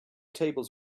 tables